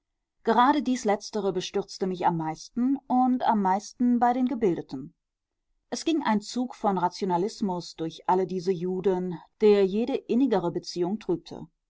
gerade dies letztere bestürzte mich am meisten und am meisten bei den gebildeten es ging ein zug von rationalismus durch alle diese juden der jede innigere beziehung trübte